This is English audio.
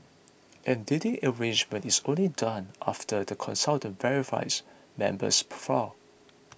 and dating arrangement is only done after the consultant verifies member's profile